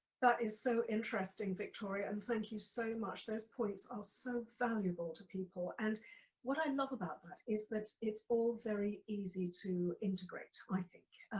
that is so interesting victoria, and thank you so much, those points are so valuable to people. and what i love about that is that it's all very easy to integrate, i think.